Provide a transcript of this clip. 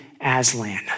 Aslan